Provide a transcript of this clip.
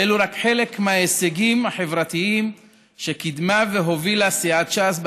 ואלו רק חלק מההישגים החברתיים שקידמה והובילה סיעת ש"ס,